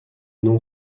non